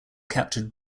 captured